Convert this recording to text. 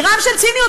גרם של ציניות,